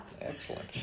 Excellent